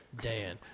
Dan